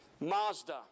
Mazda